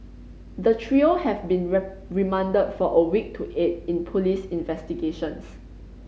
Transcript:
the trio have been remanded for a week to aid in police investigations